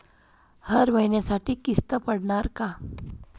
हर महिन्यासाठी किस्त पडनार का?